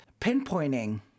pinpointing